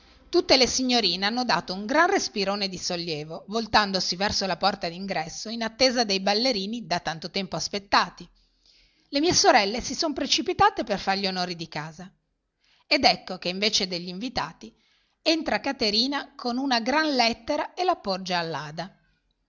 tutte le signorine hanno dato un gran respirone di sollievo voltandosi verso la porta d'ingresso in attesa dei ballerini da tanto tempo aspettati le mie sorelle si son precipitate per far gli onori di casa ed ecco che invece degli invitati entra caterina con una gran lettera e